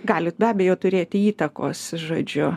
gali be abejo turėti įtakos žodžiu